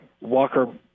Walker